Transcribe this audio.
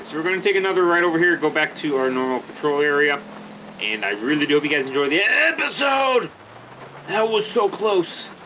we're going to take another ride over here go back to our normal patrol area and i really do hope you guys enjoy the episode that was so close